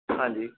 ਹਾਂਜੀ